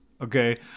okay